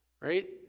Right